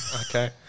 Okay